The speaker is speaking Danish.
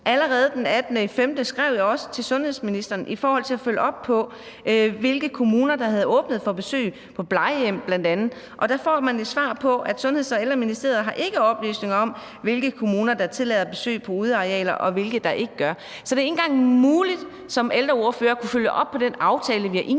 Allerede den 18. maj skrev jeg til sundhedsministeren og bad ham følge op på, hvilke kommuner der havde åbnet for besøg på bl.a. plejehjem, og der fik jeg det svar, at »Sundheds- og Ældreministeriet har ikke oplysninger om, hvilke kommuner, der tillader besøg på udearealer, og hvilke, der ikke gør.« Så det er ikke engang muligt som ældreordfører at kunne følge op på den aftale, vi har indgået,